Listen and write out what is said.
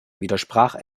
widersprach